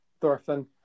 Thorfinn